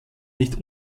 nicht